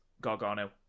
Gargano